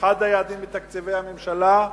אחד היעדים בתקציבי הממשלה,